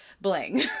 bling